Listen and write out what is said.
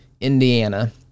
indiana